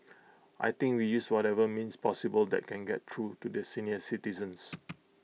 I think we use whatever means possible that can get through to the senior citizens